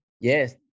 yes